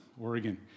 Oregon